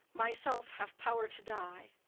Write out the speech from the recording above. myself have power to die.